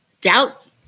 doubt